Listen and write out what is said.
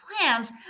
plans